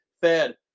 fed